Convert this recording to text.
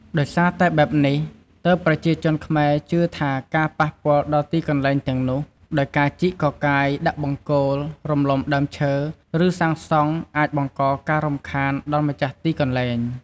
ដោយសារតែបែបនេះ ទើបប្រជាជនខ្មែរជឿថា ការប៉ះពាល់ដល់ទីកន្លែងទាំងនោះ ដោយការជីកកកាយ ដាល់បង្គោល រំលំដើមឈើ ឬសាងសង់ អាចបង្កការរំខានដល់ម្ចាស់ទីកន្លែង។